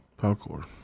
Falcor